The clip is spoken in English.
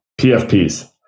PFPs